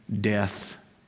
death